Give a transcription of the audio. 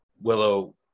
Willow